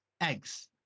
eggs